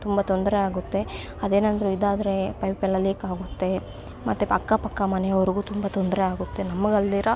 ತುಂಬ ತೊಂದರೆ ಆಗುತ್ತೆ ಅದೇನಾದ್ರೂ ಇದಾದರೆ ಪೈಪೆಲ್ಲ ಲೀಕ್ ಆಗುತ್ತೆ ಮತ್ತೆ ಪಾ ಅಕ್ಕಪಕ್ಕ ಮನೆಯವ್ರಿಗೂ ತುಂಬ ತೊಂದರೆ ಆಗುತ್ತೆ ನಮಗಲ್ದಿರಾ